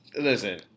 listen